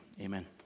amen